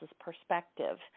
perspective